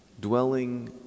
dwelling